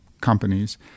companies